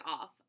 off